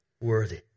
Worthy